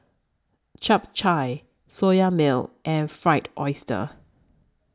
Chap Chai Soya Milk and Fried Oyster